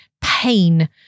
pain